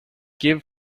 give